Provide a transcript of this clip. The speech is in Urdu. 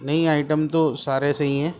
نہیں آئٹم تو سارے صحیح ہیں